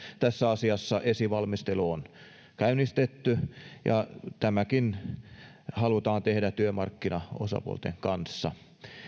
tässä asiassa esivalmistelu on käynnistetty ja tämäkin halutaan tehdä työmarkkinaosapuolten kanssa